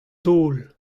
taol